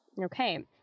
Okay